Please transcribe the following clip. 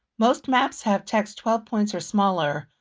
most maps have text twelve points or smaller,